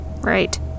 right